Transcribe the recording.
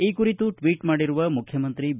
ಈ ಕುರಿತು ಟ್ವೀಟ್ ಮಾಡಿರುವ ಮುಖ್ಯಮಂತ್ರಿ ಬಿ